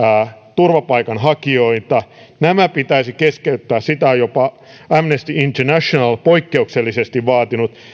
turvapaikanhakijoita nämä pitäisi keskeyttää sitä on jopa amnesty international poikkeuksellisesti vaatinut